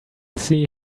see